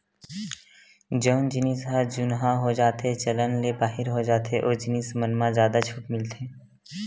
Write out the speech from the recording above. जउन जिनिस ह जुनहा हो जाथेए चलन ले बाहिर हो जाथे ओ जिनिस मन म जादा छूट मिलथे